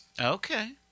Okay